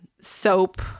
soap